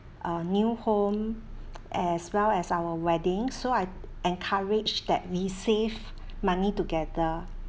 uh new home as well as our wedding so I encouraged that we save money together